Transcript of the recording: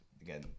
again